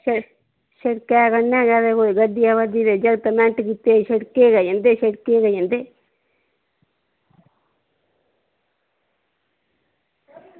शिड़कै कंढै गै कोई गड्डी आवा दी ते जागत मिन्टां च शिड़कै ई गै जंदे शिड़कै ई गै जंदे